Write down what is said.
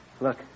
Look